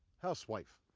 housewife,